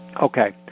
Okay